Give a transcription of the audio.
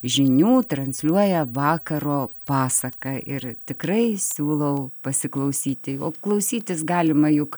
žinių transliuoja vakaro pasaką ir tikrai siūlau pasiklausyti o klausytis galima juk